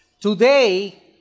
Today